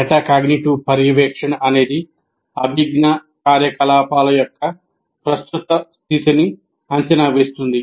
metacognitive పర్యవేక్షణ అనేది అభిజ్ఞా కార్యకలాపాల యొక్క ప్రస్తుత స్థితిని అంచనా వేస్తుంది